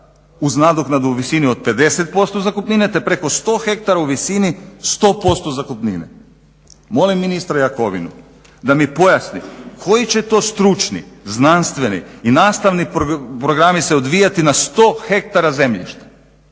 uz nadoknadu u visini od 50% zakupnine te preko 100 hektara u visini 100% zakupnine. Molim ministra Jakovinu da mi pojasni koji će to stručni, znanstveni i nastavni programi se odvijati na 100 hektara zemljišta